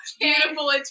Beautiful